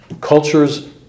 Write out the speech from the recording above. Cultures